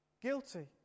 guilty